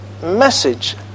message